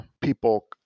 people